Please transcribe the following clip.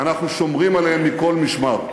ואנחנו שומרים עליהם מכל משמר.